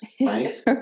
right